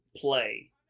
play